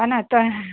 हान त